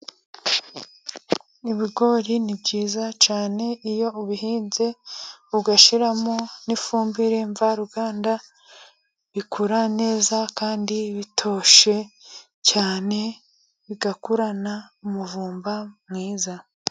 Ibigori ni byiza cyane, iyo ubihinze ugashyiramo n'ifumbire mvaruganda, bikura neza kandi bitoshye cyane, bigakurana umuvumba mwiza.